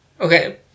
Okay